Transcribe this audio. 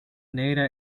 negra